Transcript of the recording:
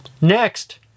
Next